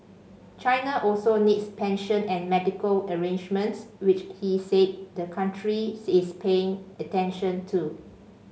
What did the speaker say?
China also needs pension and medical arrangements which he said the country is paying attention to